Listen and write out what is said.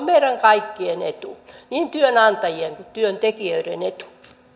meidän kaikkien etu niin työnantajien kuin työntekijöiden etu